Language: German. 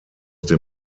den